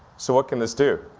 so what can this do?